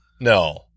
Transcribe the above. No